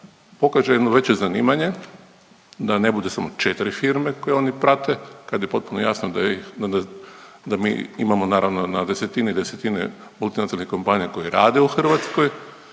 pokaže jedno veće zanimanje, da ne budu samo četri firme koje oni prate kada je potpuno jasno da mi imamo naravno na desetine i desetine multinacionalnih kompanija koje rade u Hrvatskoj